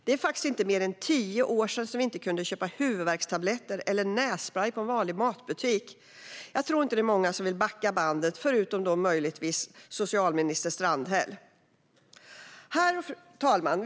Det är faktiskt inte mer än tio år sedan vi inte kunde köpa huvudvärkstabletter eller nässprej på en vanlig matbutik. Jag tror inte att det är många som vill backa bandet, förutom möjligtvis socialminister Strandhäll. Herr talman!